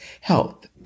health